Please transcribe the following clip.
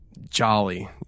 jolly